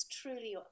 truly